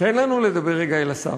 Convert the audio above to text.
תן לנו לדבר רגע אל השר.